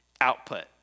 output